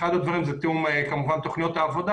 אחד הדברים הוא כמובן תיאום תכניות העבודה